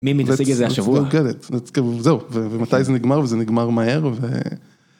מי מתעסק עם זה השבוע? זהו, ומתי זה נגמר? וזה נגמר מהר.